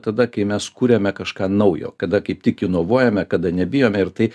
tada kai mes kūriame kažką naujo kada kaip tik inovuojame kada nebijome ir tai